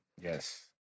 Yes